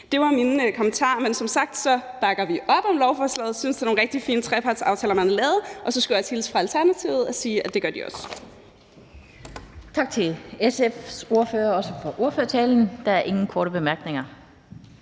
Det var mine kommentarer, men som sagt bakker vi op om lovforslaget og synes, det er rigtig fine trepartsaftaler, man har lavet. Og så skulle jeg også hilse fra Alternativet og sige, at det gør de også. Kl. 14:54 Den fg. formand (Annette Lind): Tak til SF's ordfører, også for ordførertalen. Der er ingen korte bemærkninger.